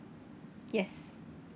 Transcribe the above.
yes